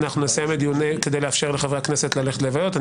כדי לאפשר לחברי הכנסת ללכת ללוויות.